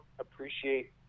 appreciate